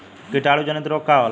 कीटाणु जनित रोग का होला?